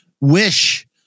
wish